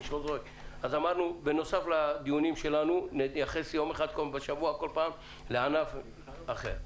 אז אמרנו שבנוסף לדיונים שלנו נתייחס יום אחד בשבוע כל פעם לענף אחר.